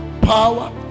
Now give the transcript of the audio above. power